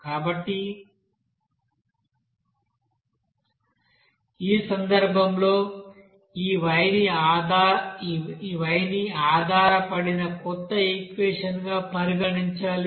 కాబట్టి ఈ సందర్భంలో ఈ Y ని ఆధారపడిన కొత్త ఈక్వెషన్ గా పరిగణించాలి